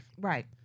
Right